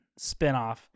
spinoff